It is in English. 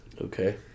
Okay